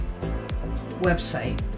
website